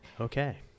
Okay